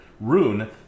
Rune